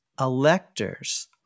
electors